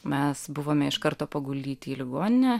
mes buvome iš karto paguldyti į ligoninę